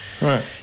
right